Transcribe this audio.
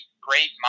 great